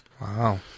Wow